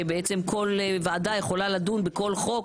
שבעצם כל ועדה יכולה לדון בכל חוק,